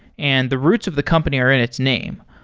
and the roots of the company are in its name.